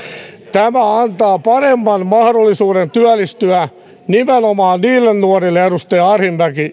tämä antaa paremman mahdollisuuden työllistyä nimenomaan niille nuorille edustaja arhinmäki